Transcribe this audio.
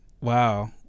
Wow